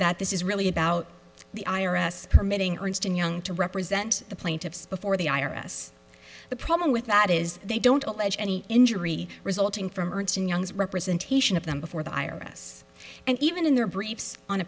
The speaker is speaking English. this is really about the i r s permitting ernst and young to represent the plaintiffs before the i r s the problem with that is they don't allege any injury resulting from ernst and young's representation of them before the i r s and even in their briefs on